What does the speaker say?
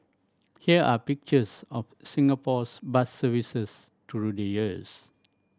here are pictures of Singapore's bus services through the years